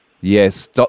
Yes